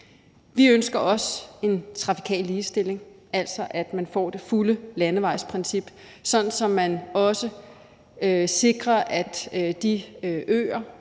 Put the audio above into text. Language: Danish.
Vi ønsker også en trafikal ligestilling; at der altså er det fulde landevejsprincip, sådan at det sikres, at man også